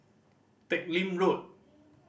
Teck Lim Road